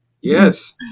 Yes